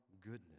goodness